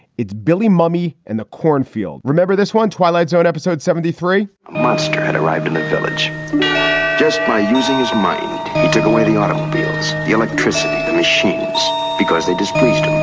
it's billy mummy in and the cornfield remember this one twilight zone episode seventy three must-read arrived in the village just by using his mind. he took away the automobiles, the electricity, the machines because they just crashed